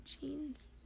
jeans